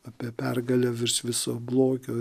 apie pergalę virš viso blogio